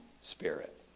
spirit